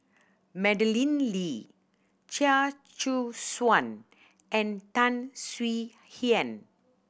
Madeleine Lee Chia Choo Suan and Tan Swie Hian